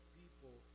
people